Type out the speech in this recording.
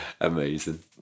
Amazing